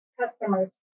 customers